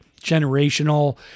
generational